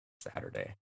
saturday